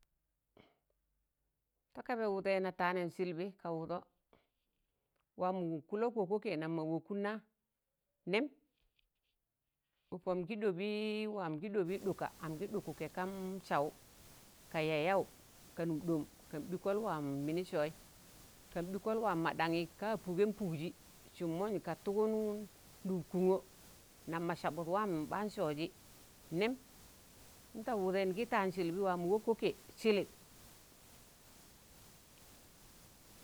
Takaba wụdẹị na tanẹị sịlpị ka wụdọ waamu wok kụlọk wọk wọkẹ nam mọ wọkụn na nẹm ụkam gị ɗọbị waam gị ɗọbị ɗụka am gị dụkụkẹ kam saụ ka yayaụ kanụm ɗọm kan bịkọl waam mịnị sọyị ka bịkọl waam mọ ɗanyị ka pụgẹn pụgjị sụm mụn ka tụgụn ɗụl kụṇọ nẹm mọ sabụd waam baan sọọjị nẹm nta wụdẹị ngị taan sịlịpị waamọ wọk- wọkẹ sịlịp.